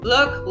Look